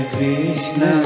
Krishna